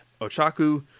ochaku